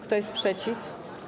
Kto jest przeciw?